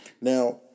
now